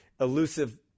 elusive